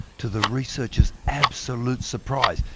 to the researchers' absolute surprise,